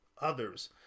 others